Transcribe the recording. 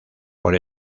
por